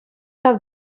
тав